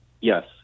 Yes